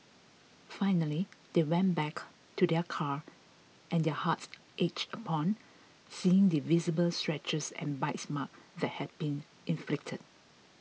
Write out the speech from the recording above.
finally they went back to their car and their hearts ached upon seeing the visible scratches and bite marks that had been inflicted